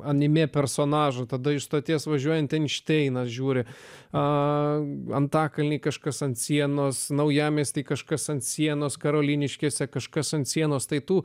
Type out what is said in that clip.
anime personažą tada iš stoties važiuojant einšteinas žiūri a antakalny kažkas ant sienos naujamiesty kažkas ant sienos karoliniškėse kažkas ant sienos tai tų